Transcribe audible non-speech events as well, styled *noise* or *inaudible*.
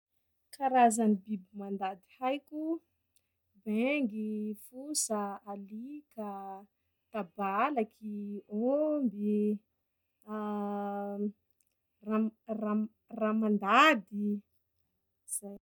Karazany biby mandady haiko: bengy, fosa, alika, tabalaky, ômby, a *hesitation* ra- ram- ramandady…zay.